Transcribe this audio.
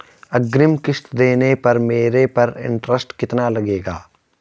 अग्रिम किश्त देने पर मेरे पर इंट्रेस्ट कितना लगेगा?